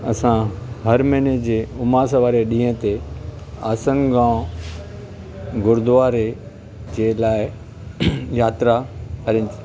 असां हर महीने जे उमास वारे ॾींहुं ते आसनगांव गुरूद्वारे जे लाइ यात्रा अरेंज